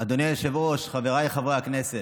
אדוני היושב-ראש, חבריי חברי הכנסת,